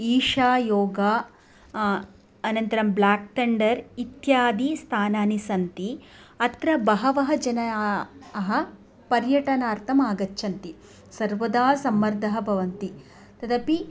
ईशायोगा अनन्तरं ब्लाक् तन्डर् इत्यादि स्थानानि सन्ति अत्र बहवः जनाः पर्यटनार्थम् आगच्छन्ति सर्वदा सम्मर्दः भवति तदपि